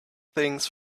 things